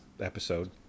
episode